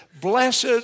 Blessed